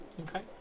Okay